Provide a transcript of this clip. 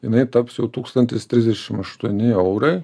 jinai taps jau tūkstantis trisdešim aštuoni eurai